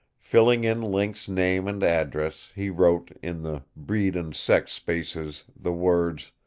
filling in link's name and address, he wrote, in the breed and sex spaces, the words,